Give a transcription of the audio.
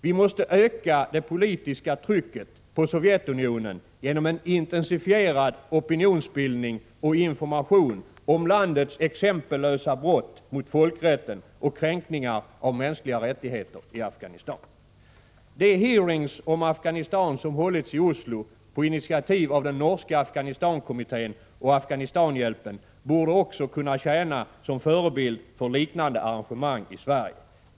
Vi måste öka det politiska trycket på Sovjetunionen genom en intensifierad opinionsbildning och information om landets exempellösa brott mot folkrätten och kränkningar av mänskliga rättigheter i Afghanistan. De hearingar om Afghanistan som hållits i Oslo på initiativ av den norska Afghanistankommittén och Afghanistanhjälpen borde också kunna tjäna som förebild för liknande arrangemang i Sverige.